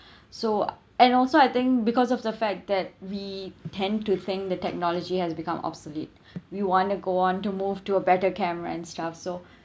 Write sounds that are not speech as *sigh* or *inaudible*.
so and also I think because of the fact that we tend to think the technology has become obsolete *breath* we want to go on to move to a better camera and stuff so *breath*